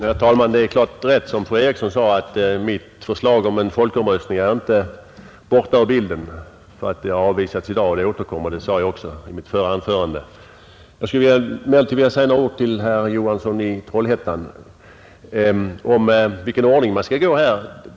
Herr talman! Det är klart rätt som fru Eriksson i Stockholm sade att mitt förslag om en folkomröstning inte är borta ur bilden därför att det avvisats i dag. Det återkommer, och det sade jag också i mitt förra anförande, Jag skulle emellertid vilja säga några ord till herr Johansson i Trollhättan om vilken ordning man bör gå fram i.